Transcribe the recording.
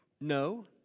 No